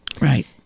Right